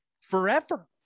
forever